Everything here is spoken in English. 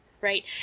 right